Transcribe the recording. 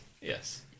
Yes